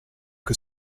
que